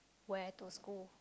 wear to school